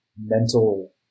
mental